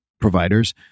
providers